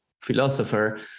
philosopher